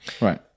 Right